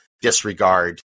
disregard